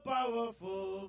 Powerful